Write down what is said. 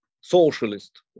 socialist